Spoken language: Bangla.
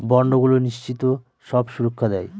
বন্ডগুলো নিশ্চিত সব সুরক্ষা দেয়